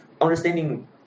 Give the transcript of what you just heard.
understanding